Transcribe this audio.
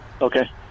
Okay